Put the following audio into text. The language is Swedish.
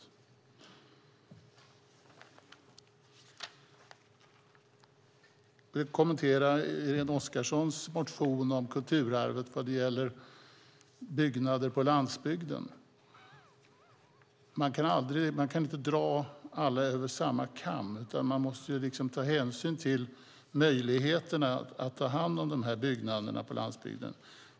Jag vill kommentera Irene Oskarssons motion om kulturarvet vad gäller kulturbyggnader på landsbygden. Man kan inte dra alla över en kam, utan man måste ta hänsyn till möjligheterna att ta hand om dessa byggnader på landsbygden.